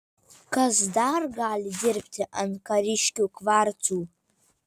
kas dar gali dirbti ant kariškių kvarcų